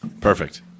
Perfect